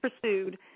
pursued